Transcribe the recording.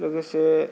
लोगोसे